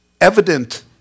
evident